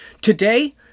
Today